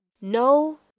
no